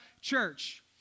church